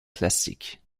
classique